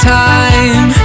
time